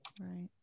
Right